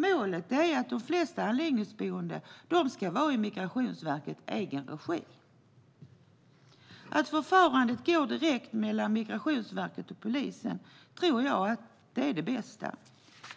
Målet är att de flesta ska vara i Migrationsverkets egen regi. Att förfarandet går direkt mellan Migrationsverket och polisen tror jag är det bästa.